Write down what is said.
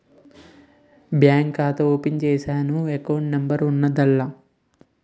bank ఖాతా open చేసినాను account number ఉన్నాద్దాన్ల